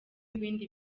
ibindi